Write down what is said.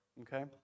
okay